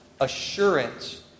assurance